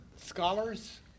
scholars